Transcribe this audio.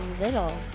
little